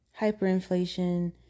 hyperinflation